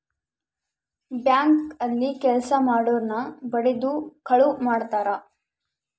bank ಅಲ್ಲಿ ಕೆಲ್ಸ ಮಾಡೊರ್ನ ಬಡಿದು ಕಳುವ್ ಮಾಡ್ತಾರ